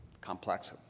complex